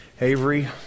Avery